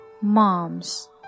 mom's